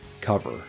cover